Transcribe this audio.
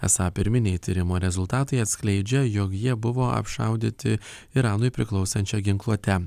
esą pirminiai tyrimo rezultatai atskleidžia jog jie buvo apšaudyti iranui priklausančia ginkluote